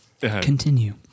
Continue